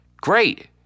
great